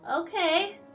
Okay